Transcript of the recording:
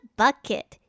bucket